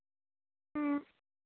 ᱦᱮᱸ